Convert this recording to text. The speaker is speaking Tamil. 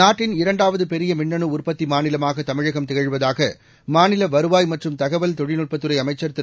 நாட்டின் இரண்டாவது பெரிய மின்னனு உற்பத்தி மாநிலமாக தமிழகம் திகழ்வதாக மாநில வருவாய் மற்றும் தகவல் தொழில்நுட்பத்துறை அமைச்சர் திரு